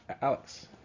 Alex